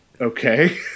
Okay